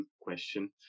question